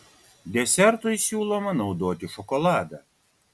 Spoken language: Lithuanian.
desertui siūloma naudoti šokoladą